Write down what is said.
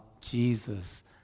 jesus